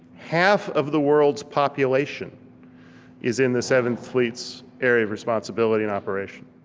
half of the world's population is in the seventh fleet's area of responsibility and operation.